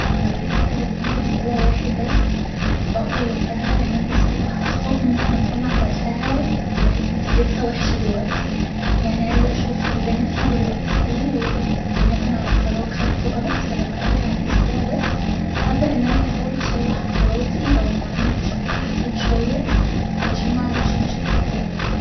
لو رجعت بالزمن اسبوع واحد بس اقدر وقتها ان أنا اصلح اخطاء ممكن أكون عملتها بقت نتيجتها وحشة دلوقتي يعني عايزة أشوف اللي أنا فيه دلوقتي ايه لو بناءا على قرار خدته غلط ف لما ارجع الأسبوع ده هبدأ إن أنا أحاول اصلح قراراتي او أتعامل بشكل احسن شوية عشان معملش مشاكل تاني يعني